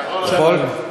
אתה יכול לרדת.